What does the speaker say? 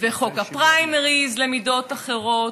חוק הפריימריז, למידות אחרות,